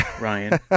Ryan